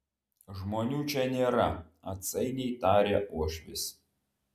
žmonių čia nėra atsainiai tarė uošvis